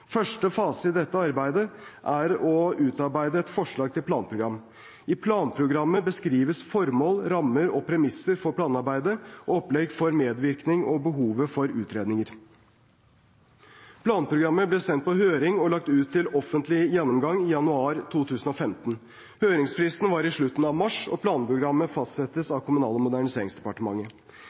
Første fase i dette arbeidet er å utarbeide et forslag til planprogram. I planprogrammet beskrives formål, rammer og premisser for planarbeidet, opplegg for medvirkning og behovet for utredninger. Planprogrammet ble sendt på høring og lagt ut til offentlig gjennomgang i januar 2015. Høringsfrist var i slutten av mars, og planprogrammet fastsettes av Kommunal- og moderniseringsdepartementet.